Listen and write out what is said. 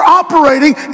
operating